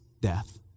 death